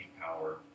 power